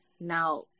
Now